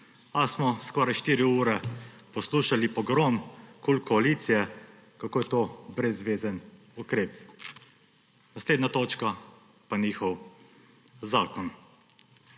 A smo skoraj štiri ure poslušali pogrom koalicije KUL, kako je to brezvezen ukrep. Naslednja točka pa njihov zakon.